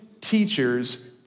teachers